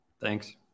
Thanks